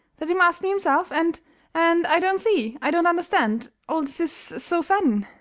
let him ask me himself, and and i don't see, i don't understand all this so sudden